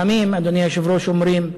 לפעמים, אדוני היושב-ראש, אומרים: